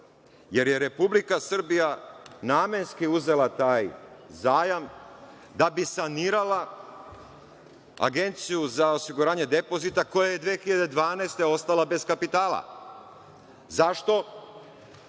jer je Republika Srbija namenski uzela taj zajam da bi sanirala Agenciju za osiguranje depozita, koja je 2012. godine ostala bez kapitala.Zašto?